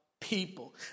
People